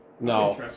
No